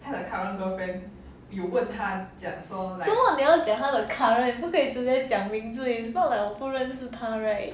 做么你要讲他的 current girlfriend 不可以直接讲名字 it's not like 我不认识她 right